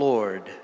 Lord